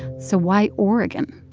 so why oregon?